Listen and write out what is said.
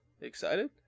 Excited